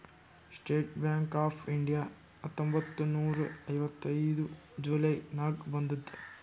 state Bank of India ಹತ್ತೊಂಬತ್ತ್ ನೂರಾ ಐವತ್ತೈದು ಜುಲೈ ನಾಗ್ ಬಂದುದ್